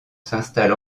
s’installe